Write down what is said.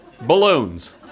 balloons